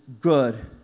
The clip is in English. good